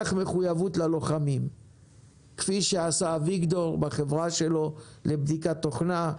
מחויבות ללוחמים כפי שעשה אביגדור בחברה שלו לבדיקת תוכנה,